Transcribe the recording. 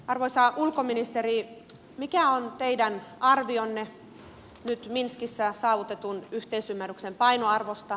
arvoisa ulkoministeri mikä on teidän arvionne nyt minskissä saavutetun yhteisymmärryksen painoarvosta